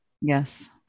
Yes